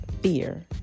fear